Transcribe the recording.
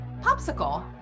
Popsicle